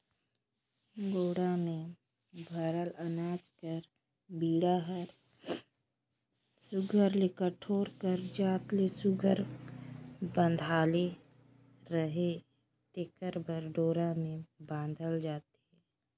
गाड़ा मे भराल अनाज कर बीड़ा हर सुग्घर ले कोठार कर जात ले सुघर बंधाले रहें तेकर बर डोरा मे बाधल जाथे